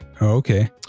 Okay